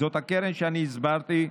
זאת הקרן שאני הסברתי,